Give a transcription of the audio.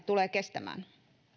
tulee kestämään